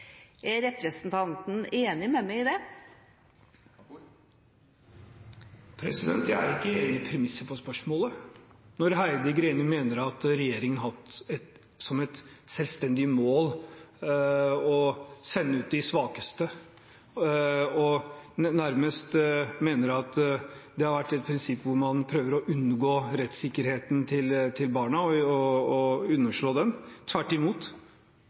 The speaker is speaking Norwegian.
Er representanten enig med meg i det? Jeg er ikke enig i premisset for spørsmålet når Heidi Greni mener at regjeringen har hatt som et selvstendig mål å sende ut de svakeste, og nærmest mener at det har vært et prinsipp hvor man prøver å omgå og underslå rettssikkerheten til barna. Tvert imot har vi fulgt det gjeldende regelverket, og